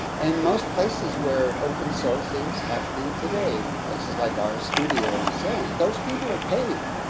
and most places were open sources happening today, places like our studio and so on, those people are paid.